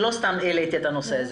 לא סתם העליתי את הנושא הזה.